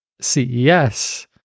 ces